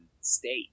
state